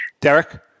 Derek